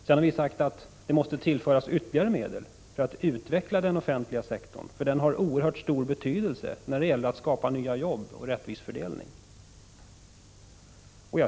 Sedan har vi sagt att det måste tillföras ytterligare medel för att utveckla den offentliga sektorn, för den har oerhört stor betydelse när det gäller att skapa nya jobb och rättvis fördelning.